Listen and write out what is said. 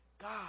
God